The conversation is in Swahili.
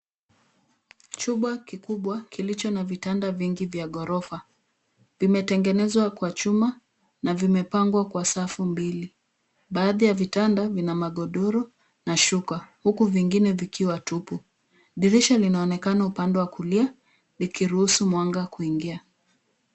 Chumba kikubwa kilicho na vitanda vingi vya ghorofa. Vimetengenezwa kwa chuma na vimepangwa kwa safu mbili. Baadhi ya vitanda vina magodoro na shuka huku vingine vikiwa tupu. Dirisha linaonekana upande wa kulia likiruhusu mwanga kuingia.